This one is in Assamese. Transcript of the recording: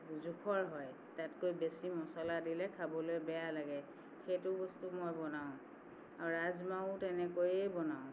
জোখৰ হয় তাতকৈ বেছি মচলা দিলে খাবলৈ বেয়া লাগে সেইটো বস্তু মই বনাওঁ আৰু ৰাজমাহো তেনেকৈয়ে বনাওঁ